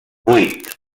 vuit